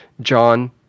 John